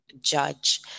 judge